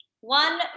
One